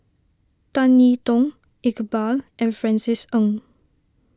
Tan I Tong Iqbal and Francis Ng